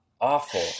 awful